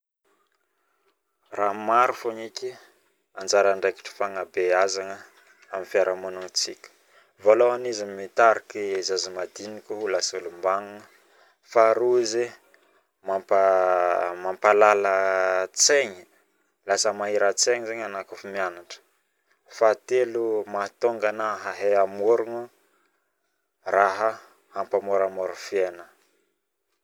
Raha maro fao eky anjara andraikitra fagnabeazagna aminy fiaramonitsika voalohany izy mitariky zazamadiniky ho lasa olombgno faharoa mampalala tsaigny lasa mahiratsaigny fahatelo mahatonga ano hahay hamorogno raha hampamoramora fiainagnana